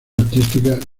artística